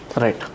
Right